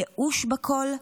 הייאוש בקול,